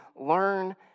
learn